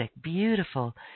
beautiful